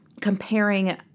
comparing